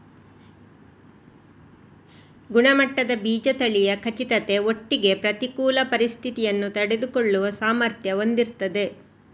ಗುಣಮಟ್ಟದ ಬೀಜ ತಳಿಯ ಖಚಿತತೆ ಒಟ್ಟಿಗೆ ಪ್ರತಿಕೂಲ ಪರಿಸ್ಥಿತಿಯನ್ನ ತಡೆದುಕೊಳ್ಳುವ ಸಾಮರ್ಥ್ಯ ಹೊಂದಿರ್ತದೆ